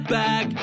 back